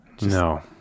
No